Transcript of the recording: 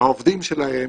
העובדים שלהם